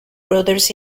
brothers